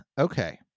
Okay